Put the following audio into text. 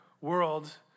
world